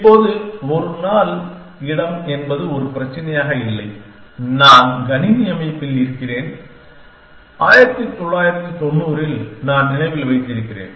இப்போது ஒரு நாள் இடம் என்பது ஒரு பிரச்சினையாக இல்லை நான் கணினி அமைப்பில் இருக்கிறேன் 1990 இல் நான் நினைவில் வைத்திருக்கிறேன்